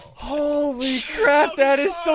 holy crap that is so